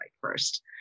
first